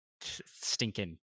Stinking